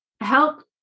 help